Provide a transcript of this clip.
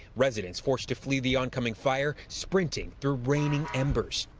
residents forced to flee the oncoming fire. sprinting through raining embers.